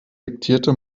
diktierte